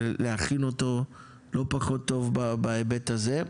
ולהכין אותו לא פחות טוב בהיבט הזה.